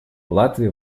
латвия